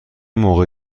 موقع